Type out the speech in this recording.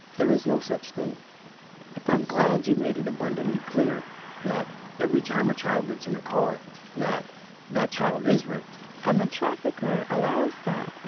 there is no such thing but that'sla i'm glad you made it abundantly clear that every time a child gets in a car that that child is raped and the trafficker allows that, and